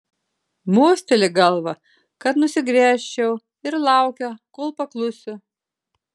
mosteli galva kad nusigręžčiau ir laukia kol paklusiu